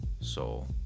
soul